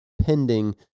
pending